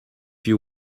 you